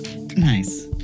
Nice